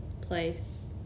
place